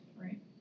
Right